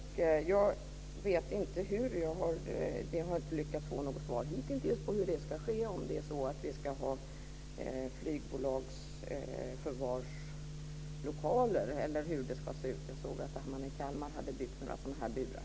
Jag vet inte hur det ska ske - det har jag inte lyckats få svar på hittills - om det ska vara flygbolagsförvarslokaler eller hur det ska se ut. Jag såg att man i Kalmar hade byggt några sådana här burar.